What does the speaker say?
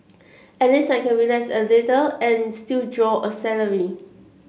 at least I can relax a little and still draw a salary